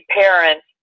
parents